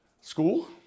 school